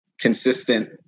consistent